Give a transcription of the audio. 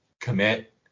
commit